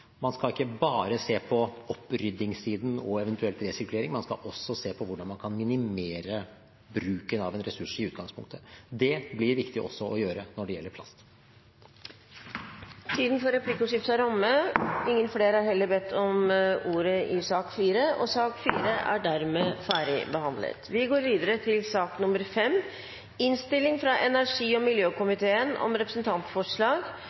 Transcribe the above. Man skal ikke bare se på oppryddingssiden og eventuell resirkulering, man skal også se på hvordan man kan minimere bruken av en ressurs i utgangspunktet. Det blir det viktig å gjøre også når det gjelder plast. Replikkordskiftet er omme. Flere har ikke bedt om ordet til sak nr. 4. Etter ønske fra energi- og miljøkomiteen vil presidenten foreslå at taletiden blir begrenset til 5 minutter til hver partigruppe og